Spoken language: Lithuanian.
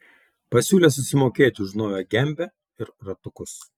pasiūlė susimokėti už naują gembę ir ratukus